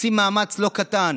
ועושים מאמץ לא קטן,